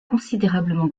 considérablement